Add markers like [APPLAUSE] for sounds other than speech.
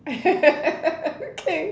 [LAUGHS] okay